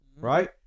Right